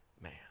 man